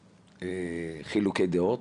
הרבה חילוקי דעות.